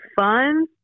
fun